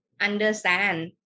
understand